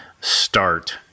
start